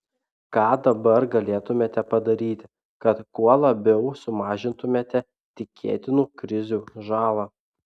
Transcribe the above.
ką dabar galėtumėte padaryti kad kuo labiau sumažintumėte tikėtinų krizių žalą